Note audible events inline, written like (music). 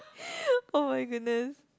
(breath) oh-my-goodness